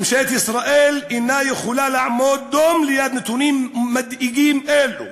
ממשלת ישראל אינה יכולה לעמוד דום ליד נתונים מדאיגים אלה.